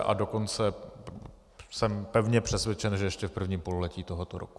A dokonce jsem pevně přesvědčen, že ještě v prvním pololetí tohoto roku.